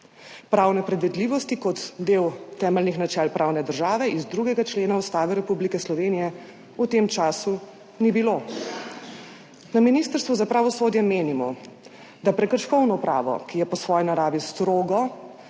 Pravne predvidljivosti kot del temeljnih načel pravne države iz 2. člena Ustave Republike Slovenije v tem času ni bilo. Na Ministrstvu za pravosodje menimo, da prekrškovno pravo, ki je po svoji naravi strogo,